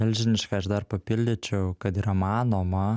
milžiniška aš dar papildyčiau kad yra manoma